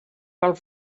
pel